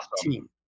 team